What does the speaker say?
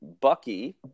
Bucky